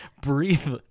breathe